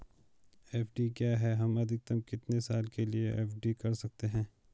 FD क्या है हम अधिकतम कितने साल के लिए एफ.डी कर सकते हैं?